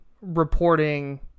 reporting